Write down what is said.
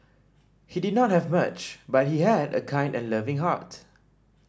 he did not have much but he had a kind and loving heart